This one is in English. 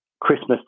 Christmas